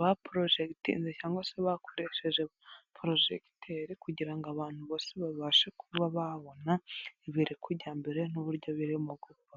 baporojegitinze cyangwa se bakoresheje porojegiteri kugira ngo abantu bose babashe kuba babona ibiri kujya mbere n'uburyo biri mu gukorwa.